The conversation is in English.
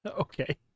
Okay